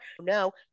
no